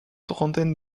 trentaine